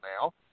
now